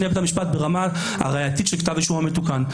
בית המשפט ברמה הראייתית של כתב האישום המתוקן,